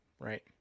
Right